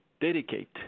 dedicate